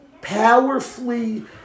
powerfully